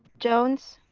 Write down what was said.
jones,